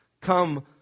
Come